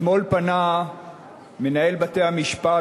אתמול פנה מנהל בתי-המשפט,